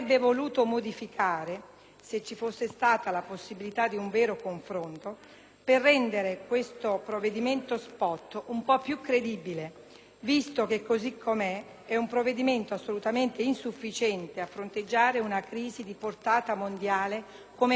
se ci fosse stata la possibilità di svolgere un vero confronto, per rendere questo provvedimento *spot* un po' più credibile, visto che così com'è è assolutamente insufficiente a fronteggiare una crisi di portata mondiale come quella in atto.